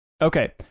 Okay